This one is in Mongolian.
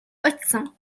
очсон